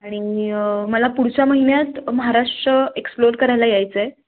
आणि मला पुढच्या महिन्यात महाराष्ट्र एक्सप्लोअर करायला यायचं आहे